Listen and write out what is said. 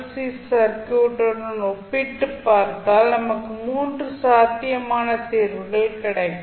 C circuit உடன் ஒப்பிட்டுப் பார்த்தால் நமக்கு மூன்று சாத்தியமான தீர்வுகள் கிடைக்கும்